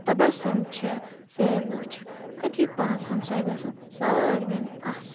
تَبَسُم چھِ سہروٗ چھِ یِتھی پانٛژھ ہَمساے گَژھَن سارویٚن آسٕنۍ